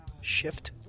shift